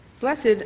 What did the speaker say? Blessed